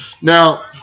Now